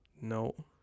no